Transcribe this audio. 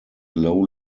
low